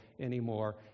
anymore